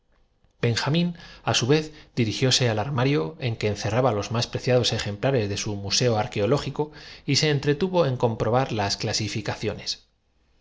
benjamín á su vez dirigióse al armario don sindulfo se mordió los labios no encontrando en que encerraba los más preciados ejemplares de su museo arqueológico y se entretuvo en comprobar las